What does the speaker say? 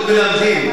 כל הזמן.